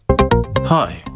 hi